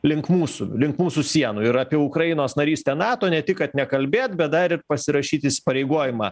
link mūsų link mūsų sienų ir apie ukrainos narystę nato ne tik kad nekalbėt bet dar ir pasirašyt įsipareigojimą